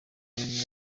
umwanya